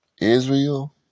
israel